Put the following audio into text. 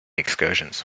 excursions